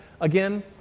again